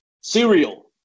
Cereal